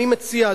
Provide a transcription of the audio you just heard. אני מציע,